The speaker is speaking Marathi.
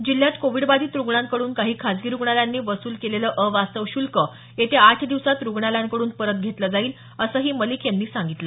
जिल्ह्यात कोविडबाधित रुग्णांकडून काही खासगी रुग्णालयांनी वसूल केलेलं अवास्तव शुल्क येत्या आठ दिवसात रुग्णालयांकडून परत घेतलं जाईल असंही मलिक यांनी सांगितलं